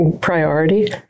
priority